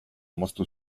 moztu